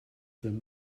them